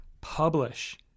publish